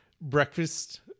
breakfast